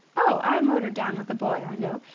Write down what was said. oh, i motored down with a boy i know.